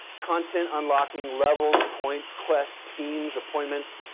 content unlocking, levels, points, quests, teams, appointments,